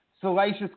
Salacious